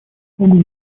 богу